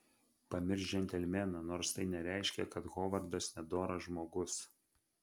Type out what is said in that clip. pamiršk džentelmeną nors tai nereiškia kad hovardas nedoras žmogus